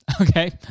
okay